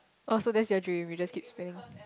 also that's your dream we just keep spang